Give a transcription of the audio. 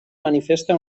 manifesta